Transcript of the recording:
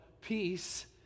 peace